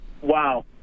wow